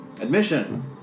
Admission